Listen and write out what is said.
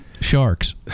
Sharks